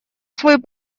свой